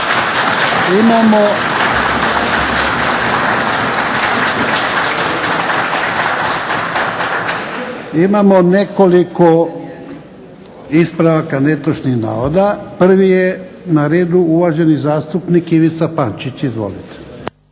Imamo nekoliko ispravaka netočnih navoda. Prvi je na redu uvaženi zastupnik Ivica Pančić. Izvolite.